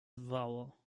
vowel